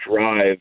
drive